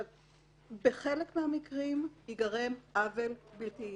בחלק מהמקרים ייגרם עוול בלתי פתיר,